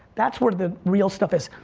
that's where the real stuff is.